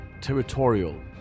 territorial